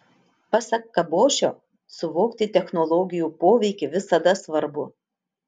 pasak kabošio suvokti technologijų poveikį visada svarbu